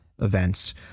events